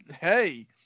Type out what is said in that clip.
hey